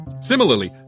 Similarly